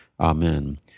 Amen